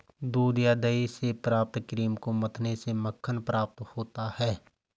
दूध या दही से प्राप्त क्रीम को मथने से मक्खन प्राप्त होता है?